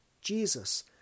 Jesus